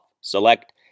Select